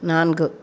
நான்கு